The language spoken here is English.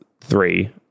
three